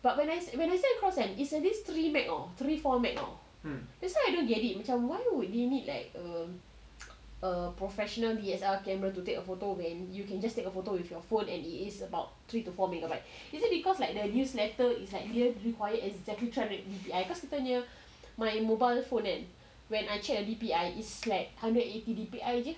but when I when I send across kan it's at least three meg three four meg know that's why I don't get it macam why would you need like um a professional D_S_L_R camera to take a photo when you can just take a photo with your phone and it is about three to four megabyte is it because like the newsletter is like dia require exactly three hundred D_P_I because kita punya my mobile phone kan when I check uh D_P_I is like hundred eighty D_P_I